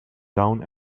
down